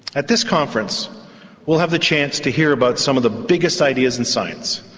at this conference we'll have the chance to hear about some of the biggest ideas in science.